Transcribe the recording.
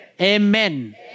Amen